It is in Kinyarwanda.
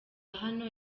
hano